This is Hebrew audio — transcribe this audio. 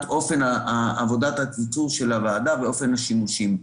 אופן עבודת התקצוב של הוועדה ואופן השימושים.